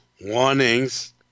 Warnings